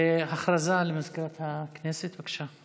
הודעה למזכירת הכנסת, בבקשה.